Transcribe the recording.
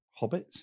hobbits